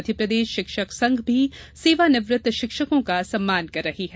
मध्यप्रदेश शिक्षक संघ भी सेवानिवृत्त शिक्षकों का सम्मान कर रही है